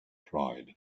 pride